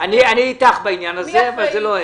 אני איתך בעניין הזה, אבל אלה לא הם.